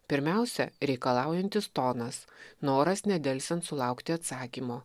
pirmiausia reikalaujantis tonas noras nedelsiant sulaukti atsakymo